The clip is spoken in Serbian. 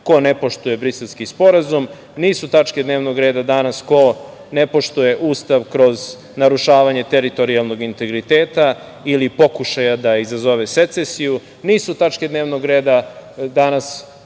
ko ne poštuje Briselski sporazum, nisu tačke dnevnog reda danas ko ne poštuje Ustav kroz narušavanje teritorijalnog integriteta ili pokušaja da izazove secesiju, nisu tačke dnevnog reda danas